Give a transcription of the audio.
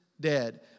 dead